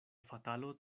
fatalo